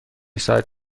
ساعت